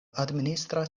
administra